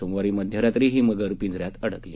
सोमवारी मध्यरात्री ही मगर पिंजऱ्यात अडकली